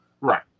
Right